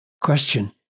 question